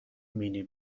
مینی